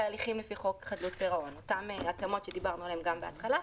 להליכים לפי חוק חדלות פירעון אותן התאמות שדיברנו עליהן בהתחלה.